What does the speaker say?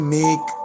make